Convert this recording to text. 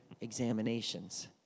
examinations